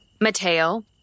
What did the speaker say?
Mateo